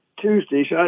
Tuesday